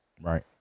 Right